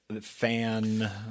fan